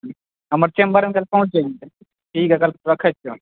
हमर चेम्बर मे काल्हि पहुँच जहिए ठीक छै तऽ रखै छियौ